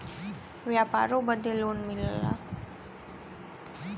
व्यापारों बदे लोन मिलला